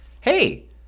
Hey